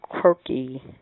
quirky